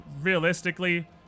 realistically